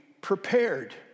prepared